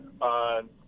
on